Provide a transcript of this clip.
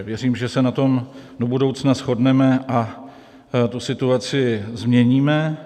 Věřím, že se na tom do budoucna shodneme a tu situaci změníme.